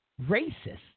racist